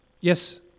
Yes